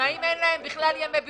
שהמדינה משלמת ימי בידוד.